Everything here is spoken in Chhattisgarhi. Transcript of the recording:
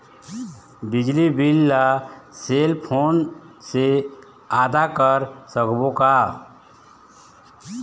बिजली बिल ला सेल फोन से आदा कर सकबो का?